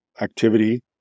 activity